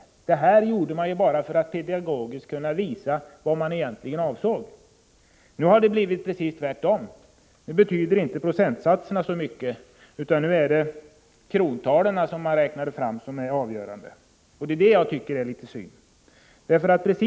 Dessa beräkningar gjordes bara för att man pedagogiskt skulle kunna visa vad man egentligen avsåg. Nu har det blivit precis tvärtom. Nu betyder inte procentsatserna så mycket, utan nu är det de framräknade krontalen som är avgörande. Det tycker jag är litet synd.